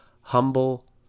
Humble